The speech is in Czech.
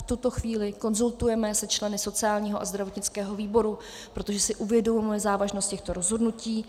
V tuto chvíli konzultujeme se členy sociálního a zdravotnického výboru, protože si uvědomujeme závažnost těchto rozhodnutí.